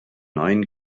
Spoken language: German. neuen